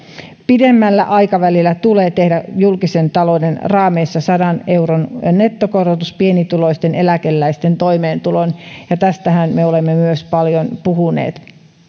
pidemmällä aikavälillä tulee tehdä julkisen talouden raameissa sadan euron nettokorotus pienituloisten eläkeläisten toimeentuloon ja tästähän me olemme myös paljon puhuneet vielä